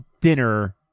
dinner